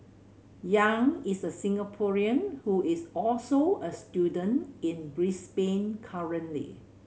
Yang is a Singaporean who is also a student in Brisbane currently